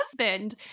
husband